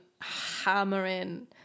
hammering